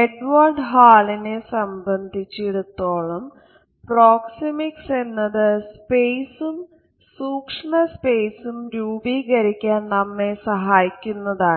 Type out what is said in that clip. എഡ്വേഡ് ഹാലിനേ സംബന്ധിച്ചിടത്തോളം പ്രോക്സിമിക്സ് എന്നത് സ്പേസും സൂക്ഷ്മ സ്പേസും രൂപീകരിക്കാൻ നമ്മെ സഹായിക്കുന്നതാണ്